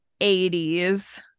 80s